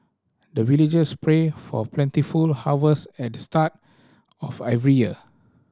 the villagers pray for plentiful harvest at the start of every year